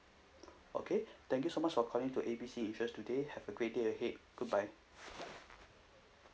okay thank you so much for calling to A B C insurance today have a great day ahead goodbye